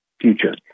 future